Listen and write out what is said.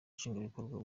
nshingwabikorwa